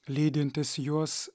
lydintys juos